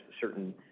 certain